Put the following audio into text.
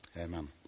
amen